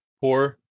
poor